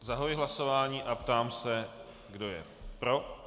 Zahajuji hlasování a ptám se, kdo je pro.